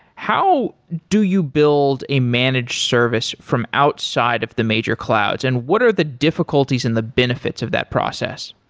how do you build a managed service from outside of the major clouds and what are the difficulties and the benefits of that process?